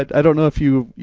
i don't know if you've,